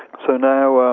so now,